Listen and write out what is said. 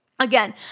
Again